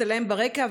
הצטלם ברקע.